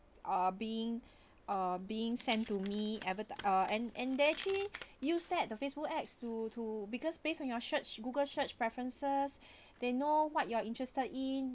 are being uh being sent to me adver~ uh and and that actually use that the facebook ads to to because based on your search google search preferences they know what you are interested in